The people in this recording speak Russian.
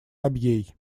абьей